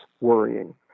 worrying